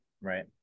right